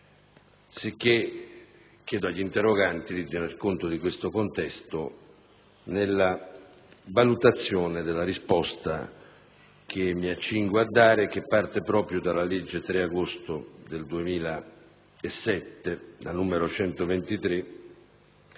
pertanto agli interroganti di tener conto di questo contesto nella valutazione della risposta che mi accingo a dare e che parte proprio dalla legge 3 agosto 2007, n. 123,